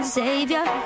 savior